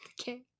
okay